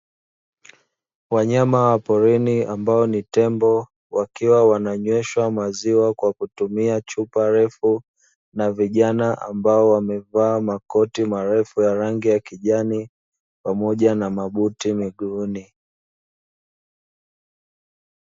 Wanyama wa porini ambao ni tembo wakiwa wananyweshwa maziwa kwa kutumia chupa ndefu, na vijana ambao wamevaa makoti marefu ya rangi ya kijani pamoja na buti miguuni.